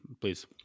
Please